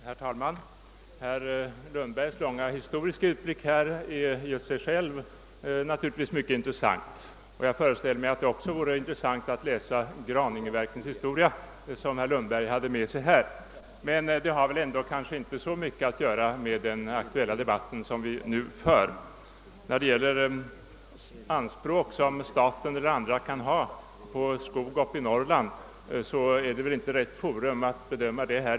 Herr talman! Herr Lundbergs långa historiska utblick är naturligtvis i och för sig mycket intressant, och jag föreställer mig att det också vore intressant att läsa den »Graningeverkens historia» som herr Lundberg medfört, men allt detta har kanske inte så mycket att göra med den debatt som vi nu för. När det gäller de anspråk som staten eller andra kan ha på skogen uppe i Norrland är väl riksdagen inte rätt forum för att bedöma detta.